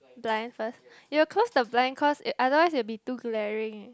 blind first you'll close the blind cause otherwise it'll be too glaring